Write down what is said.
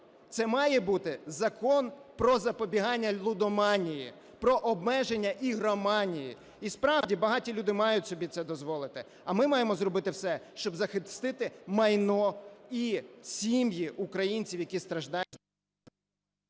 це має бути закон про запобігання лудоманії, про обмеження ігроманії. І, справді, багаті люди мають собі це дозволити, а ми маємо зробити все, щоб захистити майно і сім'ї українців, які страждають… ГОЛОВУЮЧИЙ.